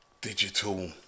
Digital